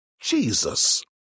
Jesus